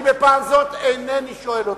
אני בפעם זאת איני שואל אותו.